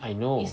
I know